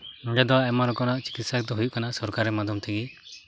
ᱱᱚᱸᱰᱮ ᱫᱚ ᱟᱭᱢᱟ ᱨᱚᱠᱚᱢᱟᱜ ᱪᱤᱠᱤᱥᱥᱟ ᱫᱚ ᱦᱩᱭᱩᱜ ᱠᱟᱱᱟ ᱥᱚᱨᱠᱟᱨᱤ ᱢᱟᱫᱽᱫᱷᱚ ᱛᱮᱜᱮ